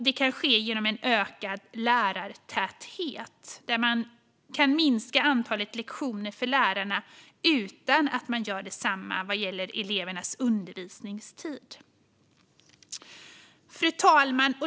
Det kan ske genom en ökad lärartäthet, vilket gör att man kan minska antalet lektioner för lärarna utan att man gör detsamma med elevernas undervisningstid. Fru talman!